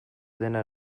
dena